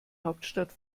hauptstadt